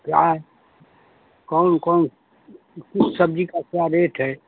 क्या कौन कौन उस सब्जी का क्या रेट है